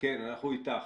אנחנו איתך.